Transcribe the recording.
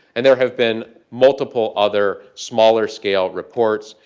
and there have been multiple other smaller-scale reports,